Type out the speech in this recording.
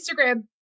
Instagram